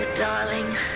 Darling